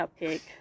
cupcake